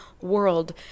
world